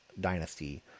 dynasty